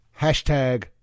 Hashtag